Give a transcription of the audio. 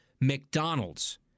McDonald's